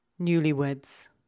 Newlyweds